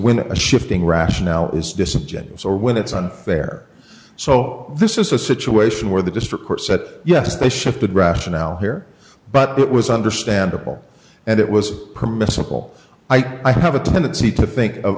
when a shifting rationale is disingenuous or when it's on there so this is a situation where the district court said yes they shifted rationale here but it was understandable and it was permissible i have a tendency to think of